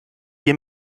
hier